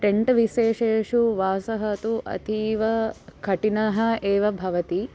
tent विषयेषु वासः तु अतीव कठिनः एव भवति